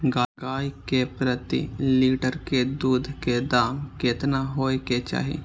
गाय के प्रति लीटर दूध के दाम केतना होय के चाही?